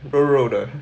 肉肉的